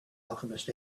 alchemist